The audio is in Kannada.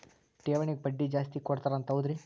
ಠೇವಣಿಗ ಬಡ್ಡಿ ಜಾಸ್ತಿ ಕೊಡ್ತಾರಂತ ಹೌದ್ರಿ?